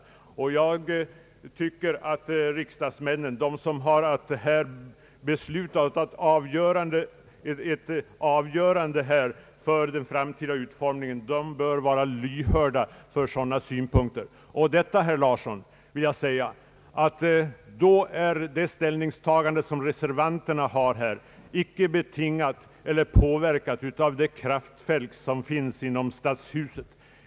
Jag tycker detta är betydande sakskäl och det anser jag att det finns all anledning att ta stark hänsyn till och då vill jag till herr Nils Theodor Larsson säga, att reservanternas ställningstagande inte är betingat eller påverkat av det kraftfält som finns inom stadshuset.